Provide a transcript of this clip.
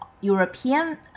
European